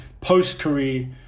post-career